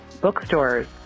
bookstores